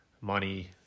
money